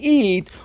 eat